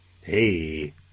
Hey